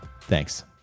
Thanks